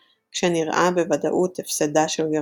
כשנראה בוודאות הפסדה של גרמניה.